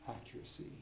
accuracy